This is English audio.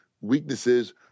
weaknesses